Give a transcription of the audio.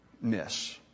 miss